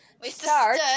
start